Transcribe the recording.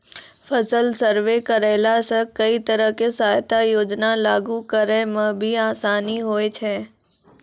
फसल सर्वे करैला सॅ कई तरह के सहायता योजना लागू करै म भी आसानी होय छै